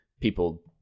people